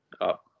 up